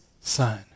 son